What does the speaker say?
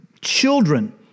children